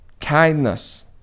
kindness